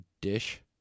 dish